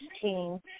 team